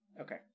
Okay